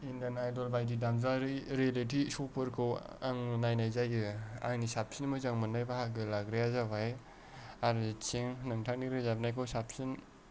Indian Idol बादि दामजुआरि reality श'फोरखौ आं नायनाय जायो आंनि साबसिन मोजां मोननाय बाहागो लाग्राया जाबाय अरजित सिंह नोंथांनि बे दामनायखौ साबसिन